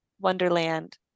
wonderland